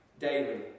Daily